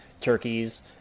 turkeys